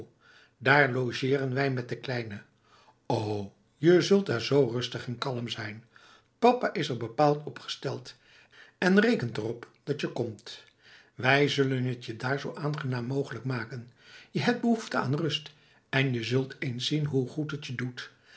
daar logeeren wij met de kleine o je zult daar zoo rustig en kalm zijn papa is er bepaald op gesteld en rekent er op dat je komt wij zullen het je daar zoo aangenaam mogelijk maken je hebt behoefte aan rust en je zult eens zien hoe goed het je doet